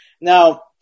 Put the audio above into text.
Now